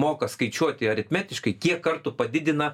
moka skaičiuoti aritmetiškai kiek kartų padidina